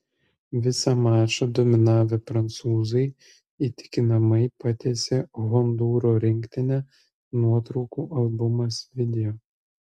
visą mačą dominavę prancūzai įtikinamai patiesė hondūro rinktinę nuotraukų albumas video